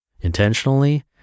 intentionally